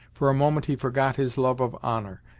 for a moment he forgot his love of honor,